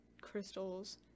crystals